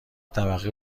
طبقه